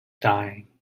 dying